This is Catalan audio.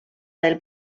del